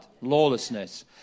Lawlessness